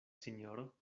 sinjoro